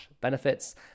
Benefits